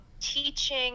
teaching